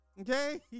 Okay